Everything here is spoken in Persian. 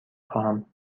خواهم